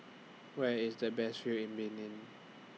Where IS The Best View in Benin